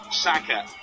Saka